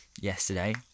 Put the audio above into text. yesterday